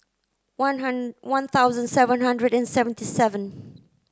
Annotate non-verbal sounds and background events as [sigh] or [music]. one [unintelligible] one thousand seven hundred and seventy seven